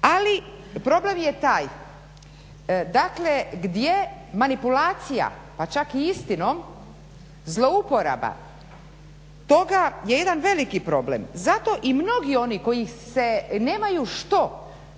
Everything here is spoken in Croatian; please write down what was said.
Ali problem je taj dakle gdje manipulacija pa čak i istinom zlouporaba toga je jedan veliki problem. zato i mnogi oni koji se nemaju što